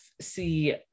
see